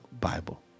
Bible